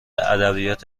ادبیات